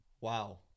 Wow